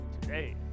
today